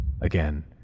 again